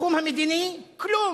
בתחום המדיני, כלום.